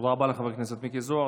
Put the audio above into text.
תודה רבה לחבר הכנסת מיקי זוהר.